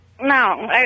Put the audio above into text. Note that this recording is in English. No